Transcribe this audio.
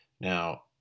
Now